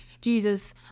jesus